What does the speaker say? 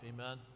amen